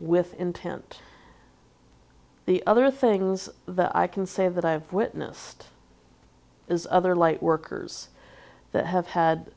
with intent the other things that i can say that i have witnessed is other lightworkers that have had